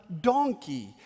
donkey